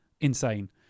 insane